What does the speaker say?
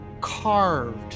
carved